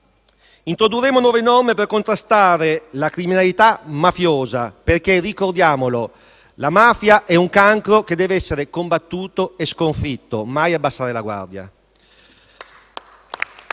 Introdurremo nuove norme per contrastare la criminalità mafiosa perché - ricordiamolo - la mafia è un cancro che deve essere combattuto e sconfitto; mai abbassare la guardia.